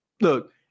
look